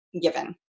given